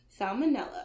Salmonella